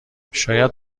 شاید